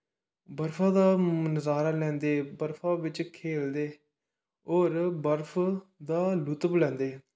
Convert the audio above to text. बर्फा दा नजारा लैंदे बर्फा बिच खेलदे और बर्फ दा लुत्फ लैंदे